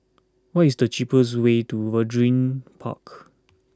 what is the cheapest way to Waringin Park